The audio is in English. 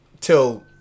till